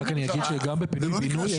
רק אני אגיד שגם בפינוי בינוי אין פטור.